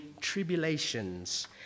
tribulations